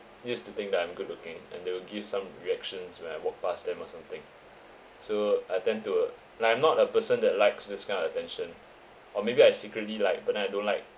used to think that I'm good looking and they will give some reactions when I walk past them or something so I tend to like I'm not a person that likes this kind of attention or maybe I secretly like but then I don't like